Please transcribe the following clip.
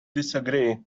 disagree